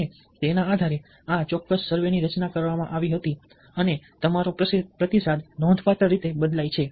અને તેના આધારે આ ચોક્કસ સર્વેની રચના કરવામાં આવી હતી અને તમારો પ્રતિસાદ નોંધપાત્ર રીતે બદલાય છે